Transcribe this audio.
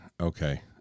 Okay